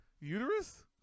Uterus